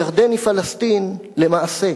ירדן היא פלסטין למעשה,